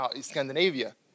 Scandinavia